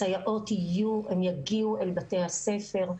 הסייעות יהיו והן יגיעו אל בתי הספר.